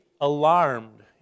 alarmed